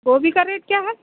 गोभी का रेट क्या है